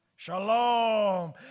Shalom